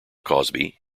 cosby